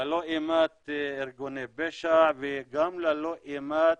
ללא אימת ארגוני פשע וגם ללא אימת